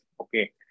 okay